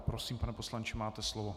Prosím, pane poslanče, máte slovo.